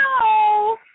no